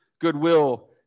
goodwill